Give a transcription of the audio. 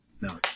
No